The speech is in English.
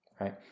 Right